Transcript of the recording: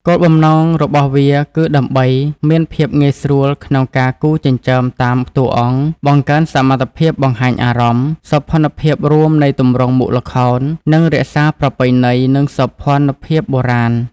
គោលបំណងរបស់វាគឺដើម្បី មានភាពងាយស្រួលក្នុងការគូរចិញ្ចើមតាមតួអង្គ បង្កើនសមត្ថភាពបង្ហាញអារម្មណ៍ សោភ័ណភាពរួមនៃទម្រង់មុខល្ខោន និងរក្សាប្រពៃណីនិងសោភ័ណភាពបុរាណ។